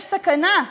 יש סכנה,